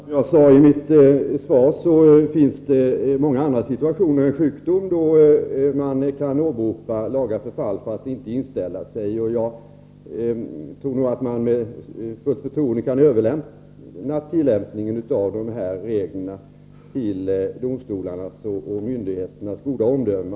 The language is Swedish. Herr talman! Som jag sade i mitt svar finns det många andra situationer än sjukdom där man kan åberopa laga förfall för att inte inställa sig. Jag tror att man med fullt förtroende katröverlämna tillämpningen av dessa regler till domstolarnas och myndigheternas goda omdöme.